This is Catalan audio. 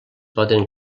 poden